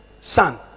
son